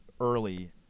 early